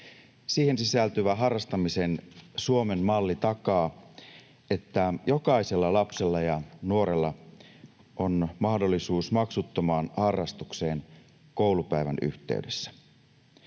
Siihen sisältyvä harrastamisen Suomen malli takaa, että jokaisella lapsella ja nuorella on mahdollisuus maksuttomaan harrastukseen koulupäivän yhteydessä.